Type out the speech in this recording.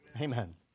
Amen